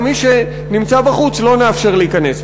למי שנמצא בחוץ לא נאפשר להיכנס,